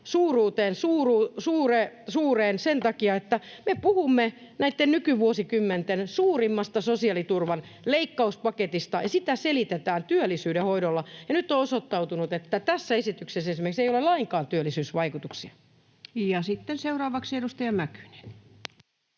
suureen sen takia, että me puhumme näitten nykyvuosikymmenten suurimmasta sosiaaliturvan leikkauspaketista, ja sitä selitetään työllisyyden hoidolla, ja nyt on osoittautunut, että tässä esityksessä esimerkiksi ei ole lainkaan työllisyysvaikutuksia. [Speech 259] Speaker: Ensimmäinen